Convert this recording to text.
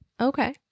Okay